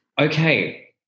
okay